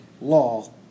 law